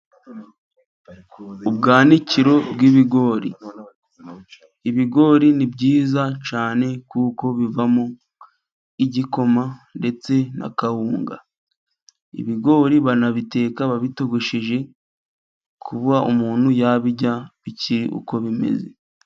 Ubwanikiro bw'ibigori . Ibigori ni byiza cyane kuko bivamo igikoma ndetse na kawunga. Ibigori banabiteka babitogosheje kuba umuntu yabirya bikiri uko bimeze.